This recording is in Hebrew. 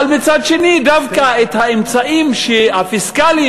אבל מצד שני דווקא האמצעים הפיסקליים